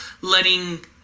letting